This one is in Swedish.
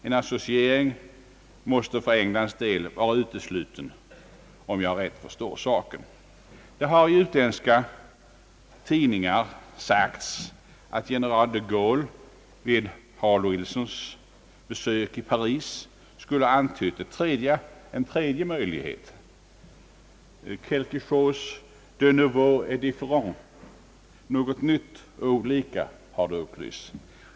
En associering är för Englands del utesluten, om jag rätt förstår saken. I utländska tidningar har det sagts att general de Gaulle vid Harold Wilsons besök i Paris skulle ha antytt en tredje möjlighet — »quelquechose des nouveaux et différent«, något nytt och olika.